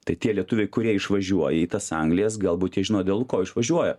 tai tie lietuviai kurie išvažiuoja į tas anglijas galbūt žino dėl ko išvažiuoja